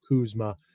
Kuzma